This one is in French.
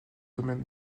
domaine